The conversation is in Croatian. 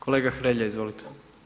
Kolega Hrelja, izvolite.